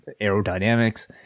aerodynamics